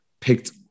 picked